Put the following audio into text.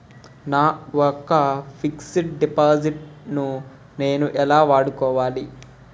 నా యెక్క fixed deposit ను నేను ఎలా వాడుకోవాలి?